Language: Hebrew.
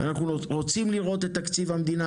אנחנו רוצים לראות את תקציב המדינה,